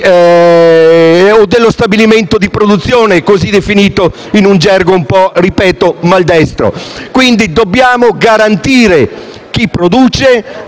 o dello stabilimento di produzione, così definito in un gergo un po' maldestro. Dobbiamo garantire chi produce